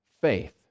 faith